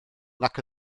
nac